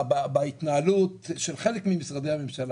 בהתנהלות של חלק ממשרדי הממשלה,